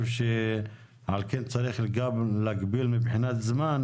על כן צריך גם להגביל מבחינת זמן,